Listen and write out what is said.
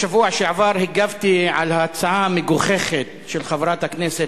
בשבוע שעבר הגבתי על ההצעה המגוחכת של חברת הכנסת